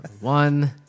One